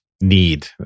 need